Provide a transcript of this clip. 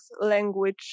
language